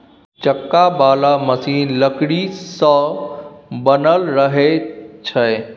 चक्का बला मशीन लकड़ी सँ बनल रहइ छै